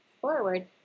forward